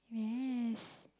best